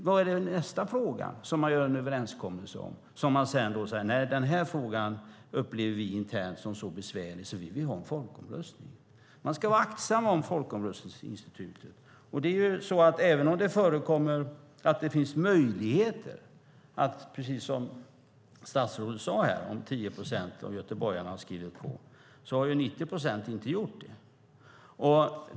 Vad blir nästa fråga där ni gör en överenskommelse men upplever frågan som så besvärlig internt att ni vill ha en folkomröstning? Vi ska vara aktsamma om folkomröstningsinstitutet. Även om det finns möjlighet om 10 procent av göteborgarna har skrivit på, som statsrådet sade, har 90 procent inte gjort det.